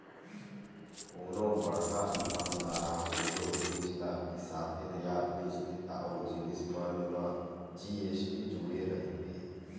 कोनो बड़का दुकानदार ह कोनो जिनिस ल बिसाथे या बेचथे त ओ जिनिस मन म जी.एस.टी जुड़े रहिथे